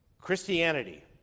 Christianity